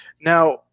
Now